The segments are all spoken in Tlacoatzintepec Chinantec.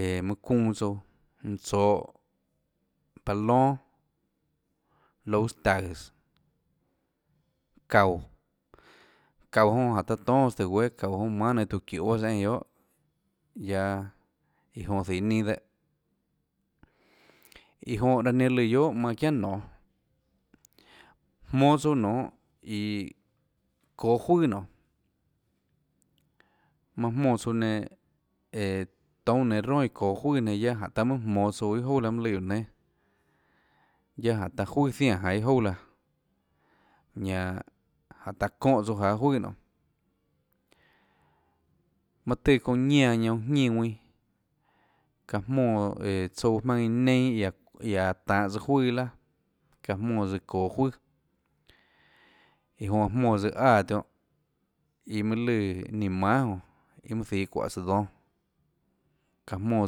Õõå mønhå çuunã tsouã mønhå tsohå palon louãs taùå çaúå çaúå jonã taã tónâs tùhå guéâ çaúå jonã mánâ nainhå tuã çiuuê bahâ tsøã eínã guiohà guiaâ iã jonã zihå ninâ dehâ iã jonã laã nenã lùã guiohà manã çiánà nonê jmonå tsouã nonê iã çoå juøà nonê manã jmónã tsouã nenã õå toúnâ nenå ronà iã ðoå juøà nenå guiaâ taã jmonå monå tsouã iâ jouà laã mønâ lùã guióå nénâ guiaâ jáhå taã juøà zianè jaå iâ juoâ laã ñanã jáhå taã çóhã tsouã jaå juøànonê manã tùã çounã ñánã oå jñínã guinã çaã jmónã õå tsouã jmaønâ iã neinâ iã áå iã áå tahås juøà iâ laà çaã jmóãs çoå juøà iã jonã çaã jmóãs áã tionhâ iã mønâ lùã ninã manhà jonã iâ mønâ zihå çuáhå tsøã dónâ çaã jmónã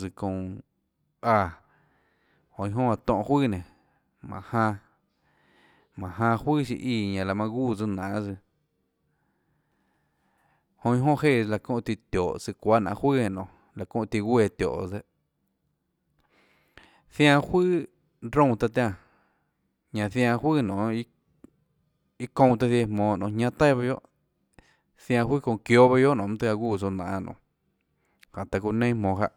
tsøã çounã áã jonã iâ jonà çaã tóhå juøà nénå mánhå janã mánhå janã juøà siã íã ñanã laã manã gúã tsouã nanê tsøã jonã iâ jonà jéãs láhå çóhå tíã tióhå søã çuáâ nanê juøà eínã nonê láhå çóhã tíã guéã tióhås dehâ zianã juùà roúnã taã tiánã ñanã zianã juøà nonê iâ iâ çounã taã ziaã iã jmonå nonê ñánâ taià bahâ guiohà zianå juøà çounã çióâ guiohà bah guiohà mønã tøhê guúã tsouã jnanê nonê jáhå taã çounã neinâ jmonå jáhã.